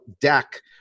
Deck